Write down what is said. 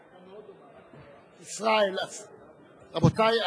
ישראל, רבותי,